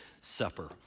Supper